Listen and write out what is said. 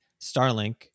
Starlink